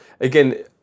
Again